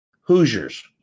Hoosiers